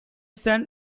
son